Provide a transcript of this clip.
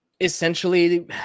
essentially